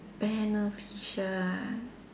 beneficial ah